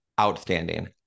outstanding